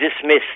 dismissed